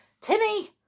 Timmy